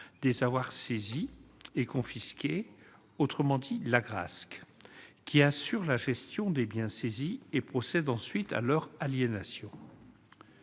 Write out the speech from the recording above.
des avoirs saisis et confisqués, l'Agrasc, qui assure la gestion des biens saisis et procède ensuite à leur aliénation.